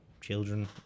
children